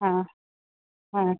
હા હા